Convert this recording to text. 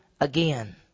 again